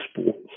sports